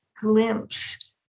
glimpse